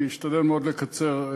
אני אשתדל מאוד לקצר.